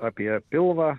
apie pilvą